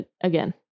again